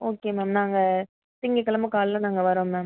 okay ma'am நாங்கள் திங்கள் கெழம காலையில் நாங்கள் வரோம் மேம்